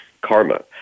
karma